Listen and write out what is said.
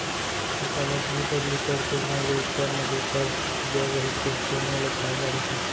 फसल अदली बदली करके बोए ले उप्पर म जेखर जर रहिथे तेनो ल फायदा होथे